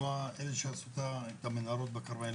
כמו אלה שעבדו במנהרות הכרמל,